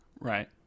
right